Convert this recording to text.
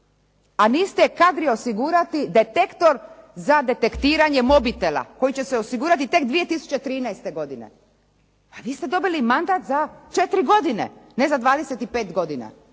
a niste kadri osigurati detektor za detektiranje mobitela, koji će se osigurati tek 2013. godine. A vi ste dobili mandat za 4 godine, ne za 25 godina,